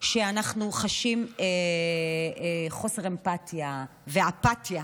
שאנחנו חשים חוסר אמפתיה ואפתיה